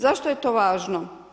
Zašto je to važno?